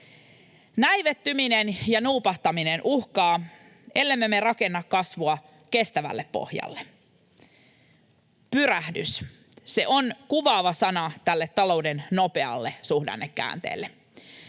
Näivettyminen ja nuupahtaminen uhkaa, ellemme me rakenna kasvua kestävälle pohjalle. ”Pyrähdys” on kuvaava sana tälle talouden nopealle suhdannekäänteelle.